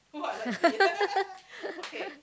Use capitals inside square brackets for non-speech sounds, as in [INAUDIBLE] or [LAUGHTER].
[LAUGHS]